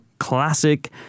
classic